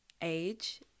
age